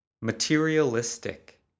materialistic